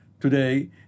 today